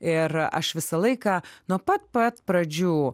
ir aš visą laiką nuo pat pat pradžių